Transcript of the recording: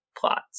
plots